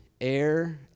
air